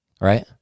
right